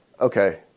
okay